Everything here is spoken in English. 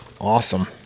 awesome